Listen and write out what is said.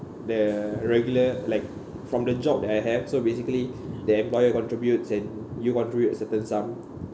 the regular like from the job that I have so basically the employer contribute and you contribute a certain sum